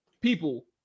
people